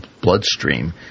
bloodstream